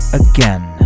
again